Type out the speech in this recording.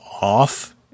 off